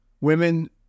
Women